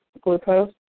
glucose